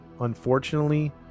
unfortunately